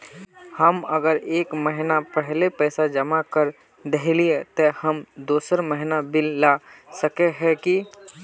हम अगर एक महीना पहले पैसा जमा कर देलिये ते हम दोसर महीना बिल ला सके है की?